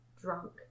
drunk